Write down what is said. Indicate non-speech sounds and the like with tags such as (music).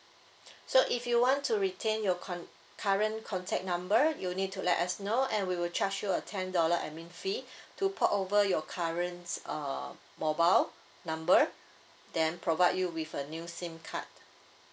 (breath) so if you want to retain your con~ current contact number you'll need to let us know and we will charge you a ten dollar admin fee (breath) to port over your currents uh mobile number then provide you with a new SIM card